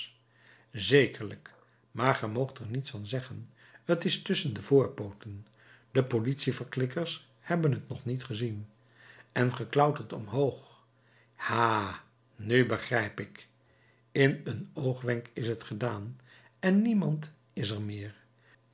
zekerlijk maar ge moogt er niets van zeggen t is tusschen de voorpooten de politie verklikkers hebben t nog niet gezien en ge klautert omhoog ha nu begrijp ik in een oogwenk is t gedaan en niemand is er meer